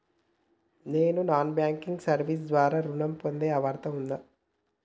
నేను non banking service ద్వారా ఋణం పొందే అర్హత ఉందా?